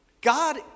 God